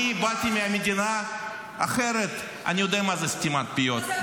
אני באתי ממדינה אחרת, אני יודע מה זה סתימת פיות.